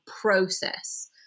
process